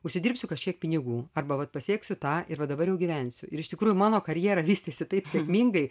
užsidirbsiu kažkiek pinigų arba vat pasieksiu tą ir va dabar jau gyvensiu ir iš tikrųjų mano karjera vystėsi taip sėkmingai